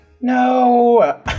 No